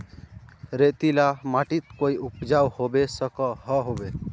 रेतीला माटित कोई उपजाऊ होबे सकोहो होबे?